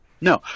No